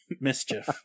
mischief